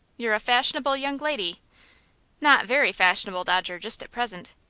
you're a fashionable young lady not very fashionable, dodger, just at present.